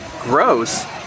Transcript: gross